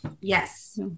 Yes